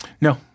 No